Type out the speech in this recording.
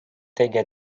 tegi